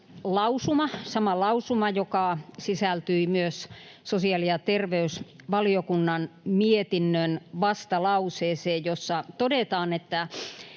sama lausuma, joka sisältyi myös sosiaali- ja terveysvaliokunnan mietinnön vastalauseeseen, jossa todetaan, että